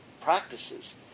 practices